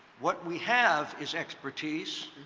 what we have is expertise,